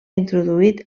introduït